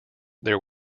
there